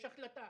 יש החלטה.